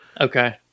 Okay